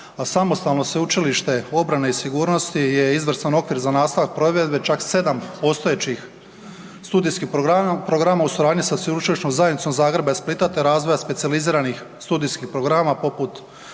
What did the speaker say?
samostalno Sveučilište obrane i sigurnosti je izvrstan okvir za nastavak provedbe čak 7 postojećih studijskih programa u suradnji sa sveučilišnom zajednicom Zagreba i Splita te razvoja specijaliziranih studijskih programa poput